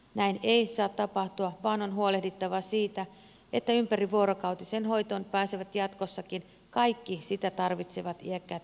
näin ei saa tapahtua vaan on huolehdittava siitä että ympärivuorokautiseen hoitoon pääsevät jatkossakin kaikki sitä tarvitsevat iäkkäät henkilöt